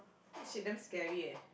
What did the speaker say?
what the shit damn scary eh